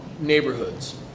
neighborhoods